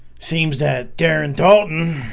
seems that darren dalton